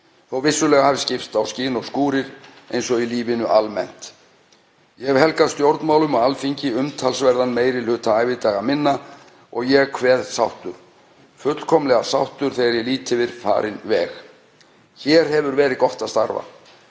þótt vissulega hafi skipst á skin og skúrir eins og í lífinu almennt. Ég hef helgað stjórnmálum og Alþingi umtalsverðan meiri hluta ævidaga minna og ég kveð sáttur, fullkomlega sáttur, þegar ég lít yfir farinn veg. Hér hefur verið gott að starfa